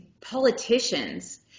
politicians